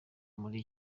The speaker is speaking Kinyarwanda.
muri